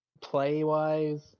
play-wise